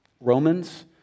Romans